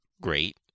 Great